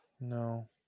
no